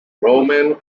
roman